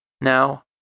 Now